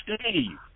Steve